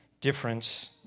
difference